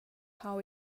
how